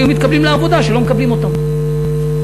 שלא מקבלים אותם,